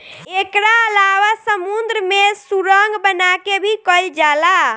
एकरा अलावा समुंद्र में सुरंग बना के भी कईल जाला